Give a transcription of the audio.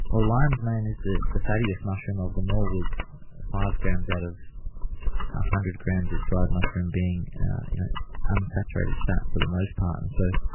well, lion's mane is the the fattiest mushroom of them all with five grams out of one ah hundred grams of dried mushroom being unsaturated fat for the most part, so,